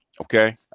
Okay